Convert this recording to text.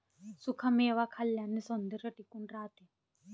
सुखा मेवा खाल्ल्याने सौंदर्य टिकून राहते